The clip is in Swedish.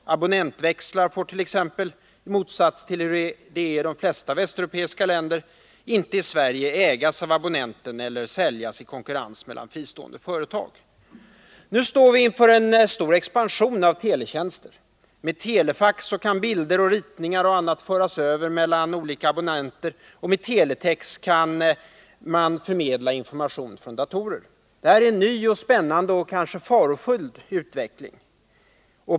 Abonnentväxlar får t.ex. — i motsats till hur det är i de flesta västeuropeiska länder —-inte i Sverige ägas av abonnenten eller säljas i konkurrens mellan fristående företag. Vi står nu inför en stor expansion av teletjänster. Med telefax kan bilder, ritningar och annat föras över mellan olika abonnenter. Med teletex kan man förmedla information från datorer. Detta är en ny, spännande och kanske farofylld utveckling.